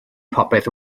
popeth